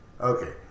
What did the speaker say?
Okay